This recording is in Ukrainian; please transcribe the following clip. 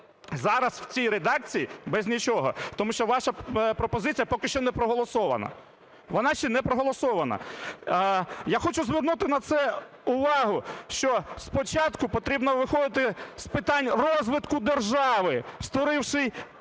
зараз в цій редакції без нічого. Тому що ваша пропозиція поки що не проголосована, вона ще не проголосована. Я хочу звернути на це увагу, що спочатку потрібно виходити з питань розвитку держави, створивши